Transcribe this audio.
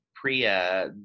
priya